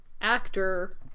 actor